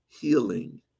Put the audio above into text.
healing